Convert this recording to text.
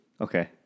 Okay